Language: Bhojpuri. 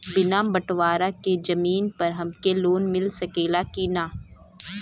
बिना बटवारा के जमीन पर हमके लोन मिल सकेला की ना?